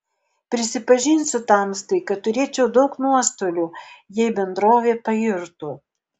prisipažinsiu tamstai kad turėčiau daug nuostolių jei bendrovė pairtų